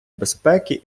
безпеки